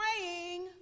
praying